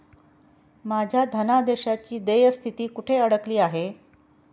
माझ्या धनादेशाची देय स्थिती कुठे अडकली आहे?